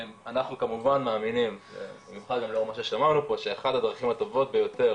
אנחנו כמובן מאמינים שאחת הדרכים הטובות ביותר